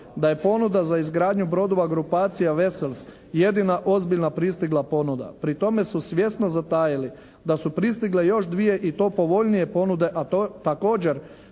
da je ponuda za izgradnju brodova grupacija Vesels jedina ozbiljna pristigla ponuda. Pri tome su svjesno zatajili da su pristigle još dvije i to povoljnije ponude, a također